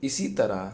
اسی طرح